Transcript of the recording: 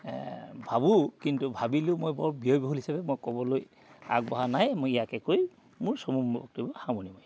ভাবোঁ কিন্তু ভাবিলোঁ মই বৰ ব্যয়বহুল হিচাপে মই ক'বলৈ আগবঢ়া নাই মই ইয়াকে কৈ মোৰ চমু বক্তব্য সামৰণি মাৰিলোঁ